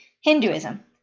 Hinduism